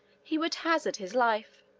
he would hazard his life.